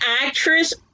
actress